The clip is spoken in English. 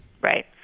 Right